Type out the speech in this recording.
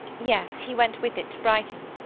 yes, he went with it to brighton.